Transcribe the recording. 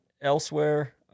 elsewhere